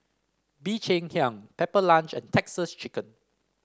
Bee Cheng Hiang Pepper Lunch and Texas Chicken